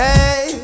Hey